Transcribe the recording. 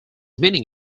meaning